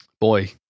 Boy